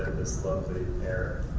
this lovely error.